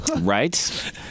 Right